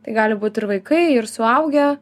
tai gali būt ir vaikai ir suaugę